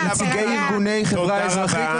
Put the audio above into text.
נציגי ארגוני החברה האזרחית,